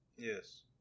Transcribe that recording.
Yes